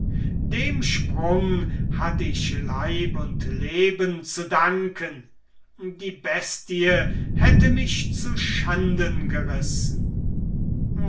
dem sprung hatt ich leib und leben zu danken die bestie hätte mich zu schanden gerissen